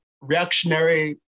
reactionary